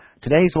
Today's